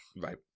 Right